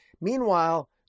Meanwhile